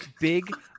Big